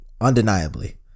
undeniably